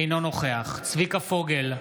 אינו נוכח צביקה פוגל,